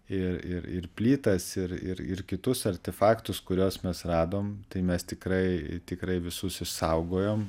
ir ir ir plytas ir ir ir kitus artefaktus kuriuos mes radom tai mes tikrai tikrai visus išsaugojom